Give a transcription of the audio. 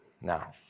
Now